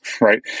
right